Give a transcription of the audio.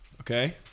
Okay